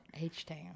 H-Town